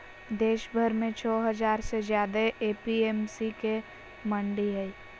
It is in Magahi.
देशभर में छो हजार से ज्यादे ए.पी.एम.सी के मंडि हई